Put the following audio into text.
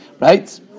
Right